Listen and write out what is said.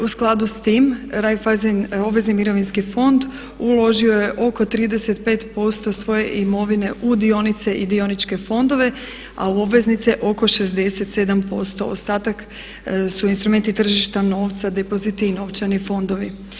U skladu sa time Reiffeisen obvezni mirovinski fond uložio je oko 35% svoje imovine u dionice i dioničke fondove a u obveznice oko 67%, ostatak su instrumenti tržišta novca, depoziti i novčani fondovi.